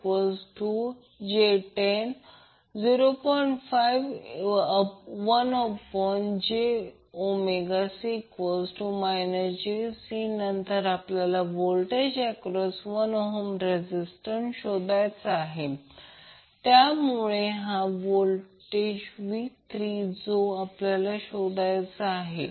1F⇒1jωC j2 नंतर आपल्याला voltage across 1 ohm resistance शोधायचे आहे त्यामुळे हा V3 जो आपल्याला शोधायचा आहे